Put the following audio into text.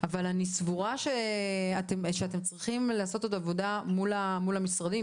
אבל אני סבורה שאתם צריכים לעשות עוד עבודה מול המשרדים.